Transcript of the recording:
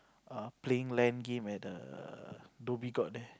err playing Lan game at the Dhoby-Ghaut there